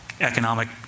economic